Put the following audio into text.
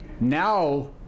Now